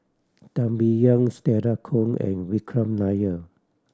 Teo Bee Yen Stella Kon and Vikram Nair